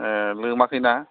ए लोमाखैना